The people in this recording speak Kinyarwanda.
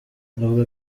avuga